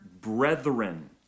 brethren